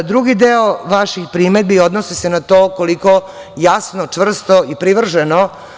Drugi deo vaših primedbi odnosi se na to jasno, čvrsto i privrženo.